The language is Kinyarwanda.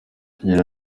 agira